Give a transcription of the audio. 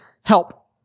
help